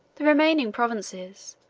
the remaining provinces,